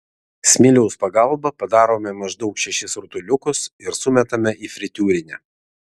smiliaus pagalba padarome maždaug šešis rutuliukus ir sumetame į fritiūrinę